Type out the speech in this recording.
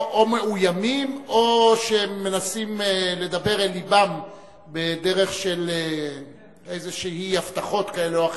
או מאוימים או שמנסים לדבר אל לבם בדרך של הבטחות כאלה או אחרות.